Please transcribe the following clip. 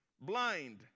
blind